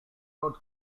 road